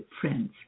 friends